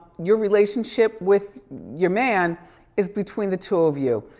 your relationship with your man is between the two of you.